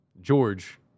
George